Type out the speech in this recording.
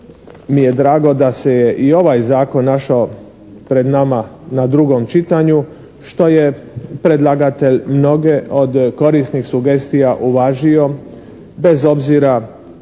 mi je drago da se je i ovaj zakon našao pred nama u drugom čitanju što je predlagatelj mnoge od korisnih sugestija uvažio, bez obzira